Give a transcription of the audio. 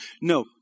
No